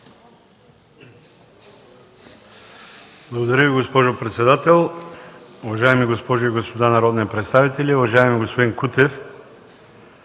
Благодаря Ви, госпожо председател. Уважаеми госпожи и господа народни представители! Уважаеми господин Кутев,